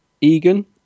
Egan